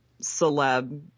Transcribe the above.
celeb